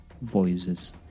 voices